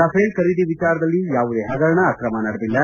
Rafale ಖರೀದಿ ವಿಚಾರದಲ್ಲಿ ಯಾವುದೇ ಹಗರಣ ಅಕ್ರಮ ನಡೆದಿಲ್ಲ